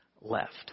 left